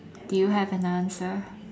do you have an answer